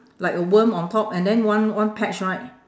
like a worm on top and then one one patch right